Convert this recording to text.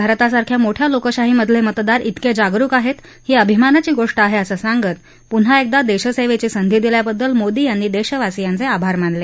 भारतासारख्या मोठ्या लोकशाहीमधले मतदार तेके जागरुक आहेत ही अभिमानाची गोष्ट आहे असं सांगत पुन्हा एकदा देशसेवेची संधी दिल्याबद्दल मोदी यांनी देशवासीयांचे आभार मानले